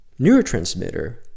neurotransmitter